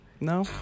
No